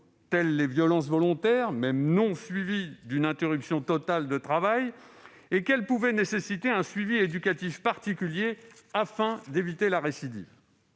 pense aux violences volontaires, même si elles ne sont pas suivies d'une interruption totale de travail - et qu'elles pouvaient nécessiter un suivi éducatif particulier, afin d'éviter la récidive.